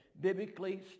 biblically